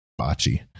bocce